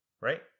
Right